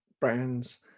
brands